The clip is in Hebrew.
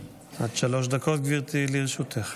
שלוש דקות, גבירתי, לרשותך.